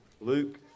Luke